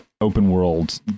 open-world